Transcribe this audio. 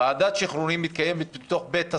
ועדת שחרורים מתקיימת בתוך בית הסוהר,